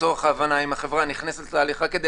לצורך ההבנה אם החברה נכנסת להליך רק כדי